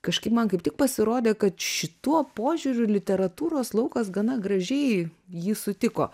kažkaip man kaip tik pasirodė kad šituo požiūriu literatūros laukas gana gražiai jį sutiko